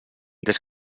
des